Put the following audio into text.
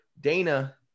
Dana